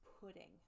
Pudding